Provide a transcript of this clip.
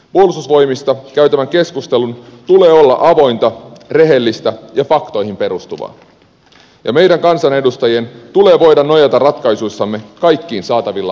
puolustusvoimista käytävän keskustelun tulee olla avointa rehellistä ja faktoihin perustuvaa ja meidän kansanedustajien tulee voida nojata ratkaisuissamme kaikkeen saatavilla olevaan tietoon